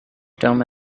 term